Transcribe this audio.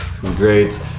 Great